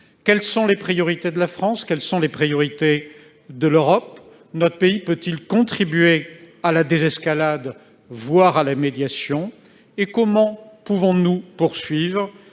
Quelles sont les priorités de la France ? Quelles sont celles de l'Europe ? Notre pays peut-il contribuer à la désescalade, voire à la médiation ? Comment pouvons-nous poursuivre